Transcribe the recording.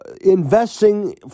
investing